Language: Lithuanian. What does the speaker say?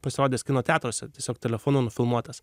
pasirodęs kino teatruose tiesiog telefonu nufilmuotas